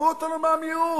עזבו אותנו מהמיעוט,